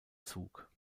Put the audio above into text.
zug